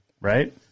right